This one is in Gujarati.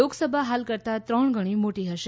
લોકસભા હાલ કરતા ત્રણ ગણી મોટી હશે